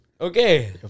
Okay